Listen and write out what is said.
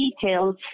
details